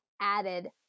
added